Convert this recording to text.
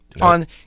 on